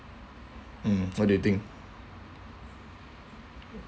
mm what do you think